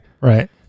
Right